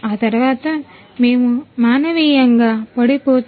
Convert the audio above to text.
ఆ తరువాత మేము మానవీయంగా పొడి పూత